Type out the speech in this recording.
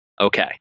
Okay